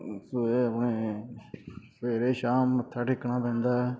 ਸਵੇਰੇ ਆਪਣੇ ਸਵੇਰੇ ਸ਼ਾਮ ਮੱਥਾ ਟੇਕਣਾ ਪੈਂਦਾ